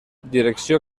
direcció